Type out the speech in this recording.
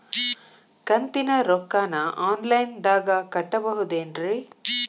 ಕಂತಿನ ರೊಕ್ಕನ ಆನ್ಲೈನ್ ದಾಗ ಕಟ್ಟಬಹುದೇನ್ರಿ?